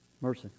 Mercy